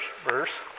verse